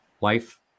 life